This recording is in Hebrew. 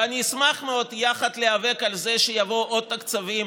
ואני אשמח מאוד להיאבק יחד שיבואו עוד תקציבים,